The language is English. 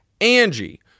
angie